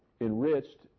enriched